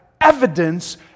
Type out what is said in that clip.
evidence